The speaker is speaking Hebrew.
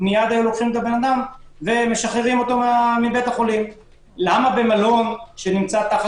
היו משחררים מייד את האדם מבית החולים.